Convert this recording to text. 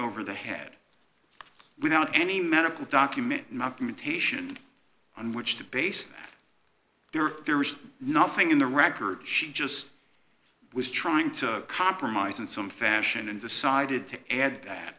over the head without any medical document not mutation on which to base their there was nothing in the record she just was trying to compromise in some fashion and decided to add that